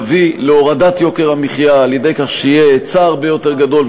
נביא להורדת יוקר המחיה על-ידי כך שיהיה היצע הרבה יותר גדול,